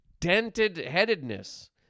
dented-headedness